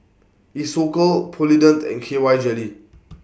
Isocal Polident and K Y Jelly